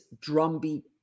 drumbeat